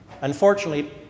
Unfortunately